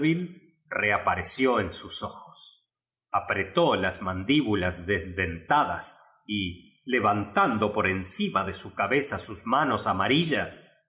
reapareció en sus ojos apretó jas man díbulas desdentadas y levantando por en cima de su cabeza sus manos amarillas